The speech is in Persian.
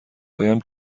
هایم